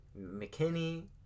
McKinney